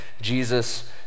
jesus